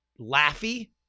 laughy